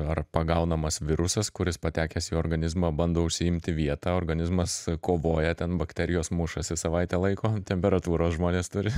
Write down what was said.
ar pagaunamas virusas kuris patekęs į organizmą bando užsiimti vietą organizmas kovoja ten bakterijos mušasi savaitę laiko temperatūros žmonės turi